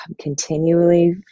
continually